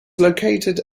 located